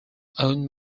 owned